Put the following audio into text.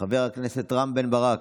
חבר הכנסת רם בן ברק,